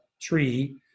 tree